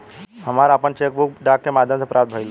हमरा आपन cheque book डाक के माध्यम से प्राप्त भइल ह